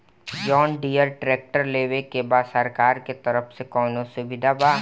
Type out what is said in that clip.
John Deere tractor लेवे के बा सरकार के तरफ से कौनो सुविधा बा?